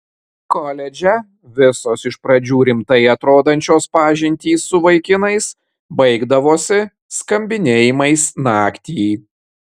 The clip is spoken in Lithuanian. koledže visos iš pradžių rimtai atrodančios pažintys su vaikinais baigdavosi skambinėjimais naktį